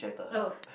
oh